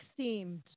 themed